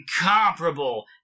incomparable